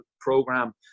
program